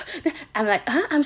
then I'm like